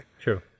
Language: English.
True